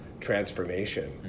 transformation